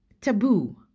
Taboo